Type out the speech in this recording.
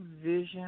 vision